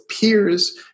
peers